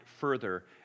further